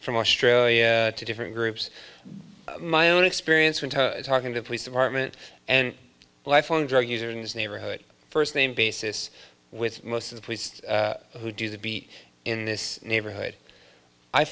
from australia to different groups my own experience when talking to police department and lifelong drug user in this neighborhood first name basis with most of the police who do the beat in this neighborhood i